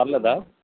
పర్లేదా